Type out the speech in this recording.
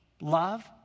love